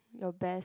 your best